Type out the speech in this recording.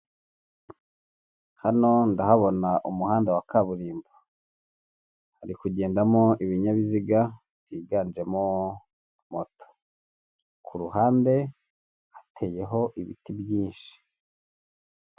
Hano ndahabona umuhanda wa kaburimbo hari kugendamo ibinyabiziga byiganjemo moto, ku ruhande hateyeho ibiti byinshi.